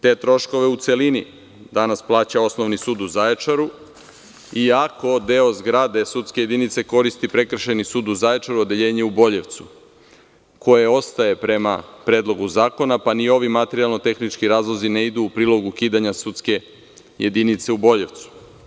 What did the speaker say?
Te troškove u celini danas plaća Osnovni sud u Zaječaru i ako deo zgrade sudske jedinice koristi Prekršajni sud u Zaječaru, odeljenje u Boljevcu koje ostaje prema predlogu zakona, pa ni ovi materijalno-tehnički razlozi ne idu u prilog ukidanja sudske jedinice u Boljevcu.